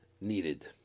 needed